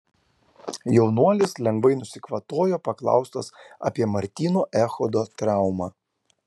jaunuolis lengvai nusikvatojo paklaustas apie martyno echodo traumą